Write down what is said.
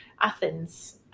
athens